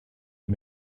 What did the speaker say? had